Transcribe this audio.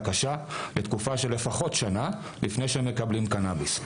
קשה בתקופה של שנה לפחות לפני שהם מקבלים קנביס.